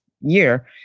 year